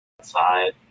outside